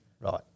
Right